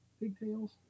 Pigtails